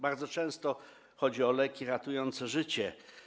Bardzo często chodzi o leki ratujące życie.